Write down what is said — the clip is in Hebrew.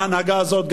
בהנהגה הזאת,